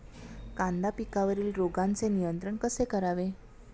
कांदा पिकावरील रोगांचे नियंत्रण कसे करावे?